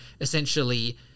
essentially